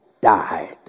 died